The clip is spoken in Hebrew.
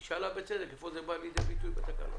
היא שאלה בצדק איפה זה בא לידי ביטוי בתקנות.